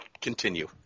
continue